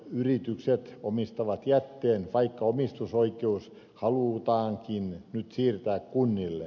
yritykset omistavat jätteen vaikka omistusoikeus halutaankin nyt siirtää kunnille